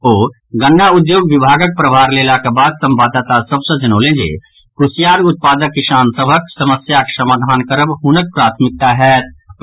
ओ गन्ना उद्योग विभागक प्रभार लेलाक बाद संवाददाता सभ सँ जनौलनि जे कुसयार उत्पादक किसान सभक समस्याक समाधान करब हुनक प्राथमिकता होतय